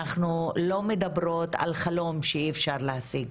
אנחנו לא מדברות על חלום שאי אפשר להשיג.